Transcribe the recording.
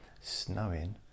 snowing